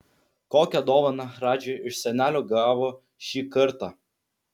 kokią dovaną radži iš senelio gavo šį kartą